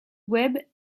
webb